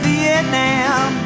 Vietnam